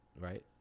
right